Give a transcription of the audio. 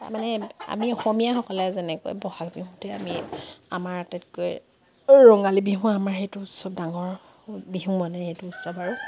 তাৰমানে আমি অসমীয়াসকলে যেনেকৈ বহাগ বিহুতে আমি আমাৰ আটাইতকৈ ৰঙালী বিহু আমাৰ সেইটো উৎসৱ ডাঙৰ বিহু মানে সেইটো উৎসৱ আৰু